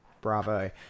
Bravo